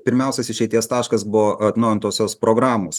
pirmiausias išeities taškas buvo atnaujintosios programos